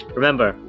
Remember